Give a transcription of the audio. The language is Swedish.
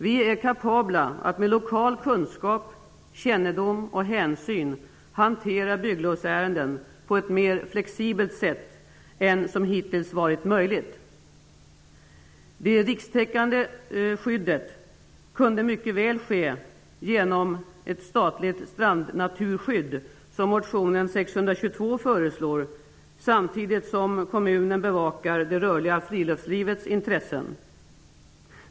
Vi är kapabla att med lokal kunskap, kännedom och hänsyn hantera bygglovsärenden på ett mer flexibelt sätt än vad som hittills varit möjligt. Det rikstäckande skyddet kunde mycket väl ske genom ett statligt strandnaturskydd, som föreslås i motion Jo622, samtidigt som kommunen bevakar det rörliga friluftslivets intressen.